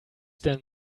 there